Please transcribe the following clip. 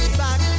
back